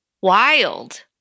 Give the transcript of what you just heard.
Wild